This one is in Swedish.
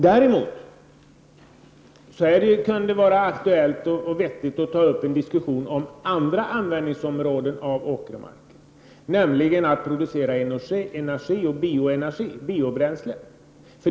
Däremot kan det vara aktuellt och vettigt att ta upp en diskussion om andra användningsområden av åkermarken, nämligen att producera energi och biobränsle.